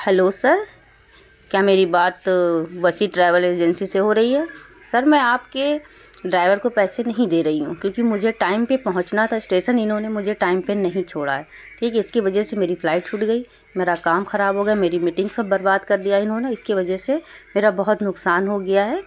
hello sir کیا میری بات وصی ٹریول ایجنسی سے ہو رہی ہے سر میں آپ کے ڈرائیور کو پیسے نہیں دے رہی ہوں کیونکہ مجھے ٹائم پہ پہنچنا تھا اسٹیسن انہوں نے مجھے ٹائم پہ نہیں چھوڑا ہے ٹھیک ہے اس کی وجہ سے میری فلائٹ چھوٹ گئی میرا کام خراب ہو گیا میری میٹنگ سب برباد کر دیا انہوں نے اس کی وجہ سے میرا بہت نقصان ہو گیا ہے